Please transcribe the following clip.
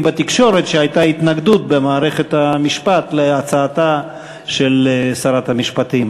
בתקשורת שהייתה התנגדות במערכת המשפט להצעתה של שרת המשפטים.